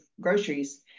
groceries